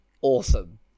awesome